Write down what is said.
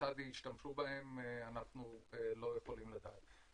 וכיצד הם ישתמשו אנחנו לא יכולים לדעת.